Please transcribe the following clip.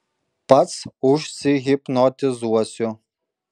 pats užsihipnotizuosiu